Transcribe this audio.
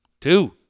Two